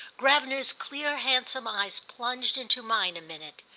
gravener's clear handsome eyes plunged into mine a minute,